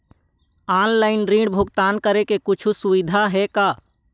Online ऋण भुगतान करे के कुछू सुविधा हे का?